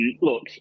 look